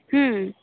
হুম